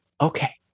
okay